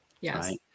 Yes